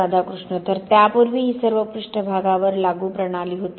राधाकृष्ण तर त्यापूर्वी ही सर्व पृष्ठभागावर लागू प्रणाली होती